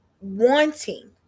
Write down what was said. wanting